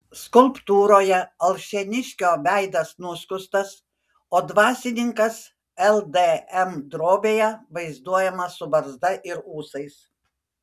skulptūroje alšėniškio veidas nuskustas o dvasininkas ldm drobėje vaizduojamas su barzda ir ūsais